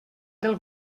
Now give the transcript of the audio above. del